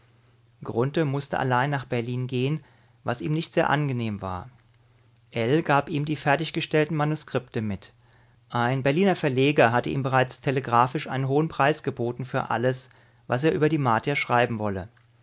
mußte allein nach berlin gehen was ihm nicht sehr angenehm war ell gab ihm die fertiggestellten manuskripte mit ein berliner verleger hatte ihm bereits telegraphisch einen hohen preis geboten für alles was er über die martier schreiben wolle